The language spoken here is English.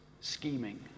scheming